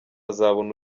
azabona